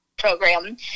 program